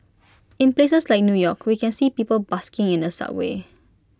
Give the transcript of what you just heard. in places like new york we can see people busking in the subways